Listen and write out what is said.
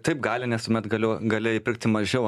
taip gali nes tuomet galiu gali įpirkti mažiau